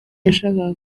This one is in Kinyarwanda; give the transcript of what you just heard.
yashakaga